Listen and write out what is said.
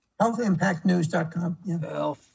Healthimpactnews.com